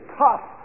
tough